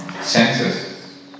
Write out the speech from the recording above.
senses